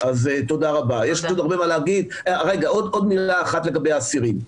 עוד מילה אחת לגבי האסירים.